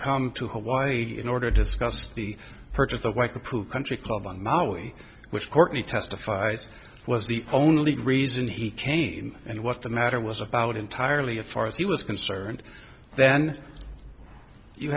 come to hawaii in order to discuss the purchase the white approved country club on maui which courtney testifies was the only reason he cane and what the matter was about entirely a far as he was concerned then you